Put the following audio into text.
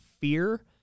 fear